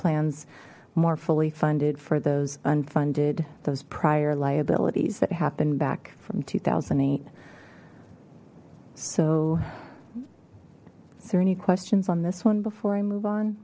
plans more fully funded for those unfunded those prior liabilities that happen back from two thousand and eight so is there any questions on this one before i move on